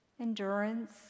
endurance